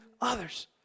others